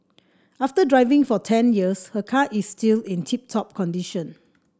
after driving for ten years her car is still in tip top condition